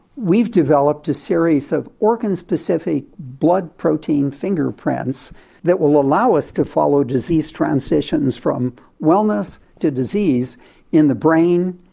we've developed a series of organ-specific blood protein fingerprints that will allow us to follow disease transitions from wellness to disease in the brain,